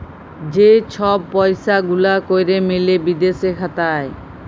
যে ছব পইসা গুলা ক্যরে মিলে বিদেশে খাতায়